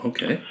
Okay